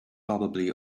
probably